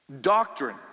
Doctrine